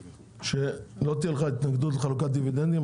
שלא תהיה לך התנגדות לחלוקת דיבידנדים.